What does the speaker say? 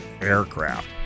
aircraft